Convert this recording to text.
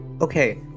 Okay